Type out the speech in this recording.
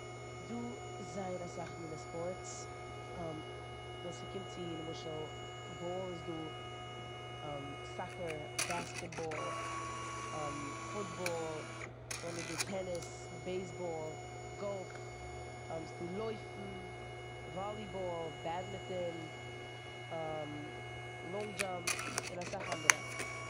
ס'דא זייער אסאך אנדערע מינע ספארטס ווען ס'קומט צו נמשל באל איז דא סאקקער, בעסקעטבאל, פוטבאל, נאכדעם איז דא טענניס, בעיסבאל, גאלף, ס'דא לויפן, וואליבאל, בעדמיטען, לאנג דשאמפ און אסאך אנדערע.